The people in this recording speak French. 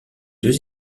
deux